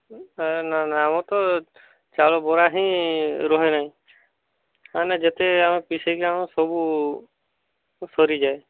ନା ନା ଆମର ତ ଚାଉଳ ଗୋଳାହେଇ ରହେନାହିଁ ମାନେ ଯେତେ ଆମେ ପେଷେଇକି ଆଣୁ ସବୁ ସରିଯାଏ